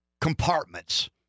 compartments